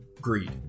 greed